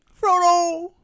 Frodo